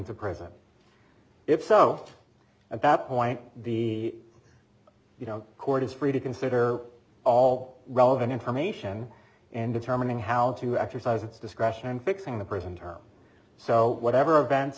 to prison if so at that point the you know court is free to consider all relevant information in determining how to exercise its discretion and fixing the prison term so whatever events